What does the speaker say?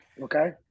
Okay